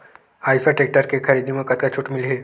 Eicher tractor के खरीदी म कतका छूट मिलही?